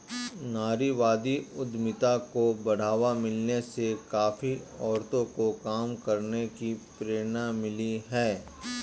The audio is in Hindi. नारीवादी उद्यमिता को बढ़ावा मिलने से काफी औरतों को काम करने की प्रेरणा मिली है